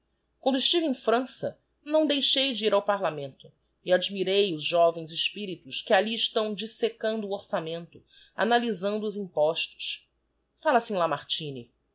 quando estive em frança não deixei de irão parlamento e admirei os jovens espíritos que alli estão dissecando o orçamento analysando os impostos fala-se em lamartine